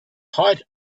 height